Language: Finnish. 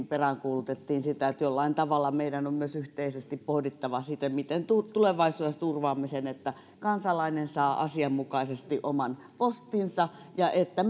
peräänkuulutettiin sitä että jollain tavalla meidän on myös yhteisesti pohdittava sitä miten tulevaisuudessa turvaamme sen että kansalainen saa asianmukaisesti oman postinsa ja että